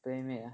Playmade ah